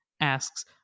asks